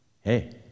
hey